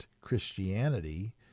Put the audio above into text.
Christianity